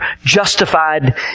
justified